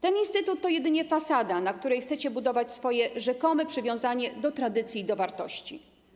Ten instytut to jedynie fasada, na której chcecie budować swoje rzekome przywiązanie do tradycji i do wartości.